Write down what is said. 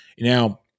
now